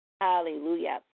Hallelujah